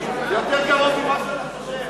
זה יותר קרוב ממה שאתה חושב.